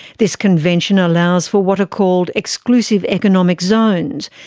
this convention allows for what are called exclusive economic zones,